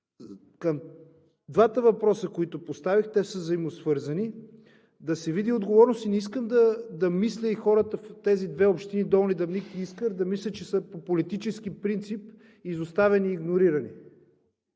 към двата въпроса, които поставих – те са взаимосвързани. Да се види отговорност и не искам да мислят хората в тези две общини – Долни Дъбник и Искър, че по политически принцип са изоставени и игнорирани.